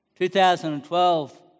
2012